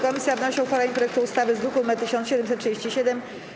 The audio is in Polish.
Komisja wnosi o uchwalenie projektu ustawy z druku nr 1737.